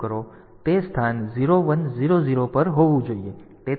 તેથી તે સ્થાન 0 1 0 0 પર જવું જોઈએ